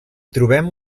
trobem